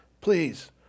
please